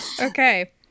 Okay